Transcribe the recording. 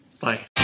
Bye